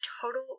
total